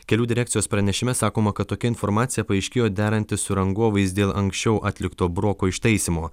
kelių direkcijos pranešime sakoma kad tokia informacija paaiškėjo derantis su rangovais dėl anksčiau atlikto broko ištaisymo